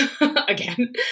again